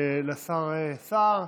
לשר סער,